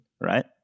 right